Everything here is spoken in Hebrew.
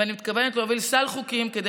ואני מתכוונת להוביל סל חוקים כדי